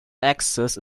axis